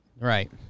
right